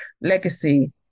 legacy